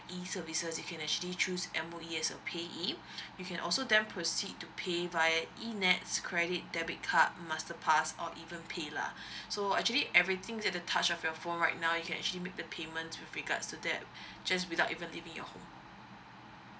E_services you can actually choose M_O_E as a payee you can also then proceed to pay via enets credit debit card master pass or even paylah so actually everything at a touch of your phone right now you can actually make the payment with regards to that just without even leaving your home